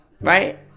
right